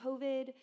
COVID